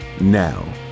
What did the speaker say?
Now